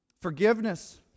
Forgiveness